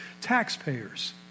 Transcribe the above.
taxpayers